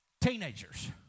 teenagers